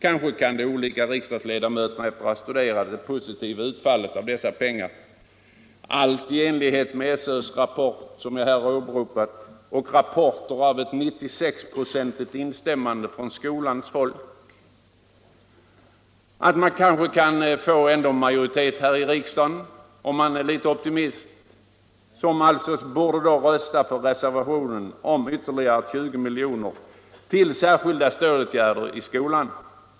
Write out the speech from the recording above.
Kanske kan riksdagsledamöterna efter att ha studerat det positiva utfallet av dessa pengars användande, allt i enlighet med SÖ:s rapport som jag här åberopat och rapporter om ett 96-procentigt instämmande från skolans folk, rösta på reservationen om ytterligare 20 milj.kr. till särskilda stödåtgärder i skolan.